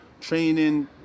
training